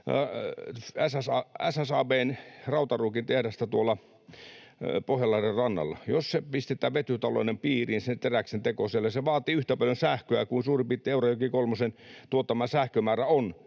SSAB:n Rautaruukin tehdasta tuolla Pohjanlahden rannalla. Jos teräksen teko siellä pistetään vetytalouden piiriin, se vaatii yhtä paljon sähköä kuin suurin piirtein Eurajoella Olkiluoto kolmosen tuottama sähkön määrä on.